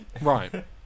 Right